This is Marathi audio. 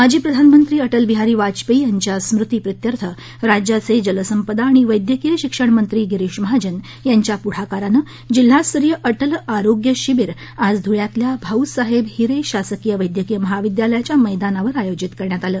माजी प्रधानमंत्री अटल बिहारी वाजपेयी यांच्या स्मृतीप्रीत्यर्थ राज्याचे जलसंपदा आणि वैद्यकीय शिक्षण मंत्री गिरीष महाजन यांच्या पुढाकाराने जिल्हास्तरीय अटल आरोग्य शिवीर आज धुळ्यातल्या भाऊसाहेब हिरे शासकीय वैद्यकिय महाविद्यालयाच्या मैदानावर आयोजित करण्यात आलं